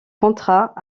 contrat